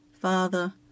father